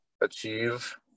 achieve